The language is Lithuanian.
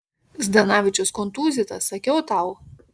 zdanavičius kontūzytas sakiau tau